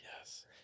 Yes